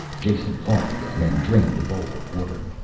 jason coughed again and drained the bowl of water.